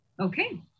Okay